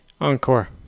encore